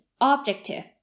objective